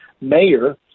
mayor